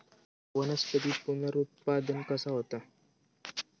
वनस्पतीत पुनरुत्पादन कसा होता?